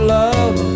love